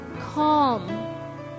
Calm